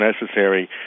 necessary